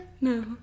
No